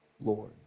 Lord